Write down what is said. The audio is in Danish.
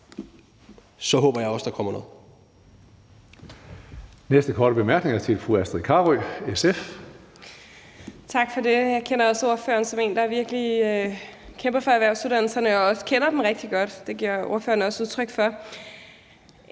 så håber jeg også, at der kommer noget.